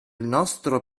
nostro